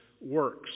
Works